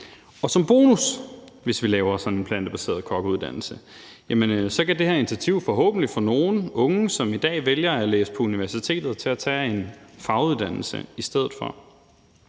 her initiativ, hvis vi laver sådan en plantebaseret kokkeuddannelse, forhåbentlig få nogle unge, som i dag vælger at læse på universitetet, til at tage en faguddannelse i stedet for.